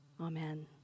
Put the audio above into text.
Amen